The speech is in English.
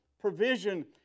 provision